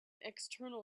external